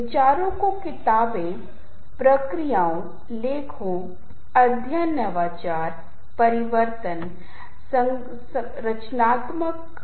वे नृत्य कर सकते हैं लेकिन नृत्य एक ऐसी चीज है जो स्पष्ट रूप से श्रव्य नहीं है हालांकि आप नक्शेकदम को सुन सकते हैं और यह किसी की गहरी एकाग्रता को परेशान करने के लिए पर्याप्त नहीं होगा